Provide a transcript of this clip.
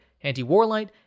Anti-Warlight